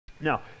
Now